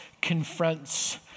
confronts